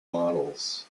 models